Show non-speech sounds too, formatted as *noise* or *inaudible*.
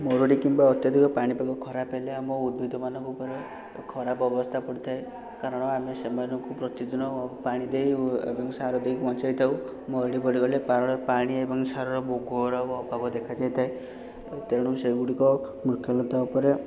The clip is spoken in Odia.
ମରୁଡ଼ି କିମ୍ବା ଅତ୍ୟଧିକ ପାଣିପାଗ ଖରାପ ହେଲେ ଆମ ଉଦ୍ଭିଦମାନଙ୍କ ଉପରେ ତ ଖରାପ ଅବସ୍ଥା ପଡ଼ିଥାଏ କାରଣ ଆମେ ସେମାନଙ୍କୁ ପ୍ରତିଦିନ ପାଣି ଦେଇ ଓ ଏବଂ ସାର ଦେଇକି ବଞ୍ଚାଇ ଥାଉ ମରୁଡ଼ି ପଡ଼ିଗଲେ *unintelligible* ପାଣି ଏବଂ ସାରର ବୋ ଘୋର ଅଭାବ ଦେଖାଦେଇଥାଏ ତେଣୁ ସେଗୁଡ଼ିକ ବୃକ୍ଷଲତା ଉପରେ